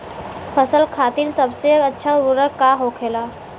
फसल खातीन सबसे अच्छा उर्वरक का होखेला?